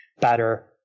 better